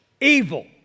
evil